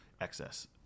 excess